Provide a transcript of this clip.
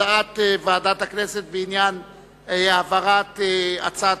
הצעת ועדת הכנסת להעביר הצעת